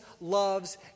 loves